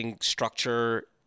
structure